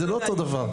זה לא אותו דבר.